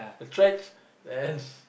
the threads and